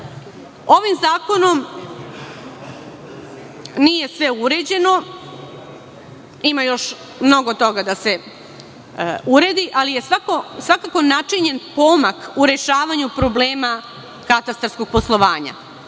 zakonom nije sve uređeno, ima još mnogo toga da se uredi, ali je svakako načinjen pomak u rešavanju problema katastarskog poslovanja.